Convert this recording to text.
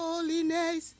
Holiness